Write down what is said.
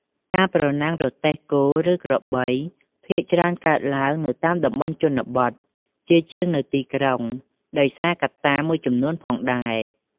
ការប្រណាំងរទេះគោឬក្របី ភាគច្រើនកើតឡើងនៅតាមតំបន់ជនបទ ជាជាងនៅទីក្រុង ដោយសារកត្តាមួយចំនួនផងដែរ។